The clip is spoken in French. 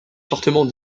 fortement